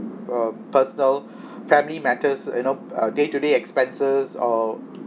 uh personal family matters you know a day to day expenses or